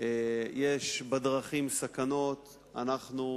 יש בדרכים סכנות ואנחנו